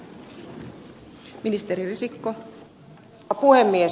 arvoisa rouva puhemies